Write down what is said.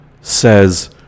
says